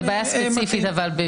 אבל זו בעיה ספציפית נקודתית.